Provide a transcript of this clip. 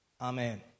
Amen